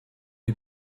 est